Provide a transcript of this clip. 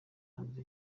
hanze